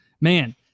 man